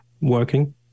working